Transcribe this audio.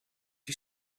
you